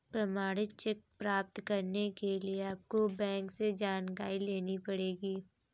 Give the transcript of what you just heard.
प्रमाणित चेक प्राप्त करने के लिए आपको बैंक से जानकारी लेनी पढ़ेगी